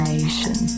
Nation